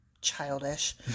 Childish